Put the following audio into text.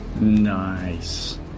Nice